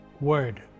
word